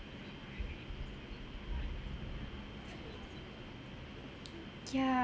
ya